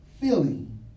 Feeling